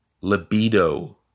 Libido